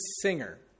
singer